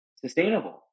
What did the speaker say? sustainable